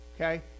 okay